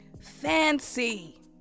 fancy